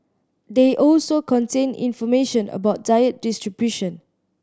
they also contain information about diet distribution